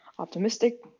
optimistic